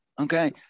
Okay